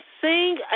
sing